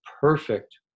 perfect